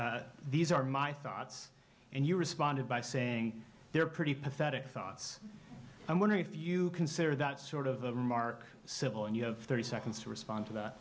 said these are my thoughts and you responded by saying they're pretty pathetic thoughts and wonder if you consider that sort of remark simple and you have thirty seconds to respond to that